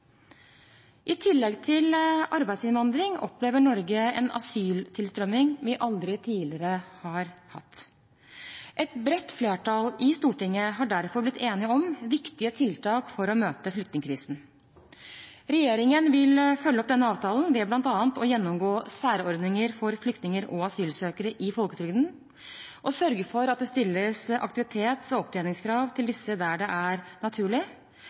I tillegg til arbeidsinnvandring opplever Norge en asyltilstrømning vi ikke har hatt tidligere. Et bredt flertall i Stortinget har derfor blitt enige om viktige tiltak for å møte flyktningkrisen. Regjeringen vil følge opp denne avtalen ved bl.a. å gjennomgå særordninger for flyktninger og asylsøkere i folketrygden og sørge for at det stilles aktivitets- og opptjeningskrav til disse der det er naturlig.